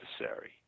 necessary